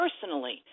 personally